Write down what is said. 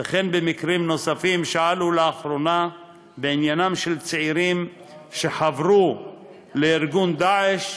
וכן במקרים נוספים שעלו לאחרונה בעניינם של צעירים שחברו לארגון "דאעש"